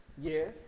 Yes